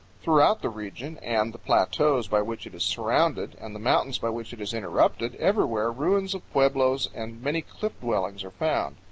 throughout the region and the plateaus by which it is surrounded and the mountains by which it is interrupted, everywhere ruins of pueblos and many cliff dwellings are found.